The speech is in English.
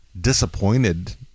disappointed